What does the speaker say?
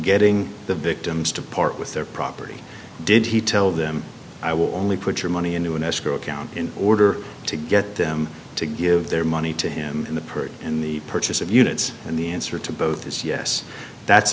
getting the victims to part with their property did he tell them i will only put your money into an escrow account in order to get them to give their money to him in the purge in the purchase of units and the answer to both is yes that's